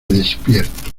despierto